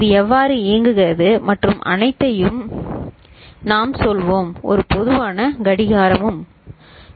இது எவ்வாறு இயங்குகிறது மற்றும் அனைத்தையும் நாம் சொல்வோம் ஒரு பொதுவான கடிகாரமும் சரி